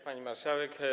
Pani Marszałek!